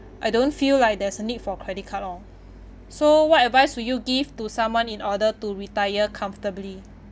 I don't feel like there's a need for credit card orh so what advice would you give to someone in order to retire comfortably